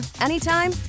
anytime